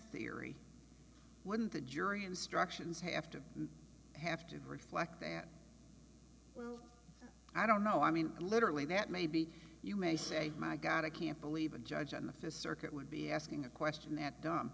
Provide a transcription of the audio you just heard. erie wouldn't the jury instructions have to have to reflect that i don't know i mean literally that may be you may say my god i can't believe a judge on the fifth circuit would be asking a question that dumb